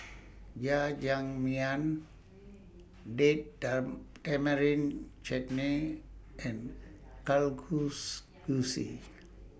Jajangmyeon Date Tamarind Chutney and